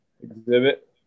exhibit